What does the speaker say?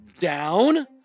down